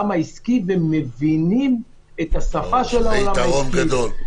העסקי ומבינים את השפה של העולם העסקי,